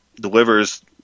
delivers